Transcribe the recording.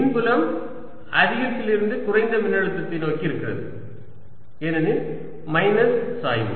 மின்புலம் அதிகத்துலிருந்து குறைந்த மின்னழுத்தத்தை நோக்கி இருக்கிறது ஏனெனில் மைனஸ் சாய்வு